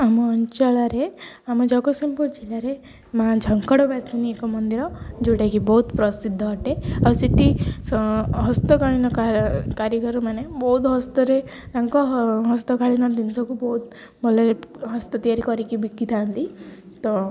ଆମ ଅଞ୍ଚଳରେ ଆମ ଜଗତସିଂହପୁର ଜିଲ୍ଲାରେ ମା ଝଙ୍କଡ଼ବାସନୀ ଏକ ମନ୍ଦିର ଯୋଉଟାକି ବହୁତ ପ୍ରସିଦ୍ଧ ଅଟେ ଆଉ ସେଠି ହସ୍ତକାଳୀନ କାରିଗରମାନେ ବହୁତ ହସ୍ତରେ ତାଙ୍କ ହସ୍ତକାଳୀନ ଜିନିଷକୁ ବହୁତ ଭଲରେ ହସ୍ତ ତିଆରି କରିକି ବିକିଥାନ୍ତି ତ